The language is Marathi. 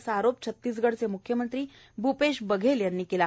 असा आरोप छतीसगडचे मुख्यमंत्री भूपेश बघेल यांनी केला